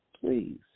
please